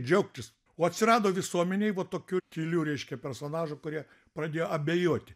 džiaugtis o atsirado visuomenėj va tokių tylių reiškia personažų kurie pradėjo abejoti